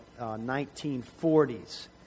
1940s